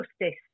justice